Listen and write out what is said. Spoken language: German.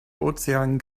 ozean